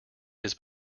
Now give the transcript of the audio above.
his